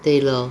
对 lor